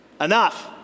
enough